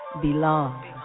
belong